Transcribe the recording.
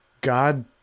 God